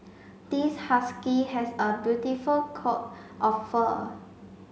this husky has a beautiful coat of fur